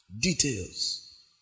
Details